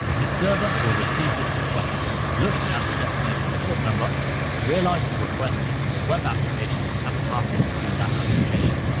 the server will receive this request look at the destination port number realize the request is for the web application and pass it to that application.